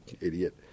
idiot